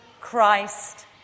Christ